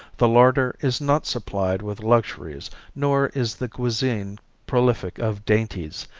the larder is not supplied with luxuries nor is the cuisine prolific of dainties,